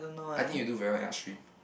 I think you do very well in art stream